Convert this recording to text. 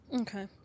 Okay